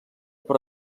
per